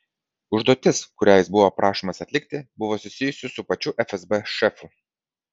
užduotis kurią jis buvo prašomas atlikti buvo susijusi su pačiu fsb šefu